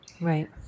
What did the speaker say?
Right